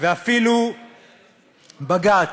ואפילו בג"ץ,